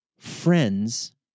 Friends